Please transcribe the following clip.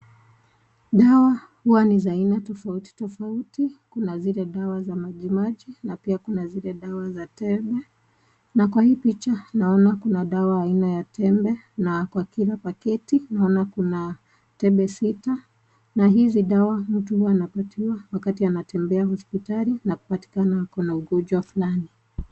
Dawa huwa ni za aina tofauti tofauti, kuna zile dawa za maji maji na zile dawa za tembe na kwa hii picha naona kuna dawa aina za tembe na kwa kila paketi naona kuna tembe sita na hizi dawa mtu huwa anapatiwa wakati mtu anatembea hospitali na kupatikana ako na ugonjwa fulani.